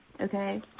okay